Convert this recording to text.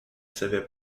savait